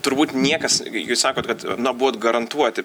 turbūt niekas jūs sakot kad na buvot garantuoti